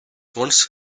once